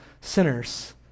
sinners